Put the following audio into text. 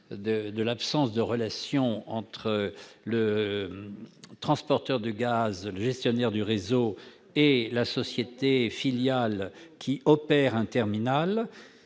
l'absence de relations entre le transporteur de gaz, le gestionnaire du réseau et la société filiale qui opère des terminaux,